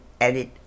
edit